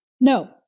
No